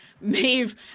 Maeve